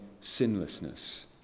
sinlessness